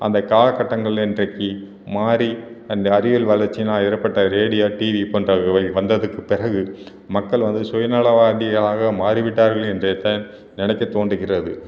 அந்த காலக்கட்டங்கள் இன்றைக்கு மாதிரி அந்த அறிவியல் வளர்ச்சியினால் ஏற்பட்ட ரேடியா டிவி போன்றவைகள் வந்ததுக்கு பிறகு மக்கள் வந்து சுயநலவாதிகளாக மாறிவிட்டார்கள் என்றே தான் நி னைக்க தோன்றுகிறது